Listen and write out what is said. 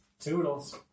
Toodles